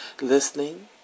Listening